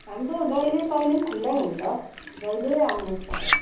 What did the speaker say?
हाम्रो जहिलेतहिले पनि खुल्लै हुन्छ जहिल्यै आउनुहोस् तपाईँ